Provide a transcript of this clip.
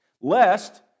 Lest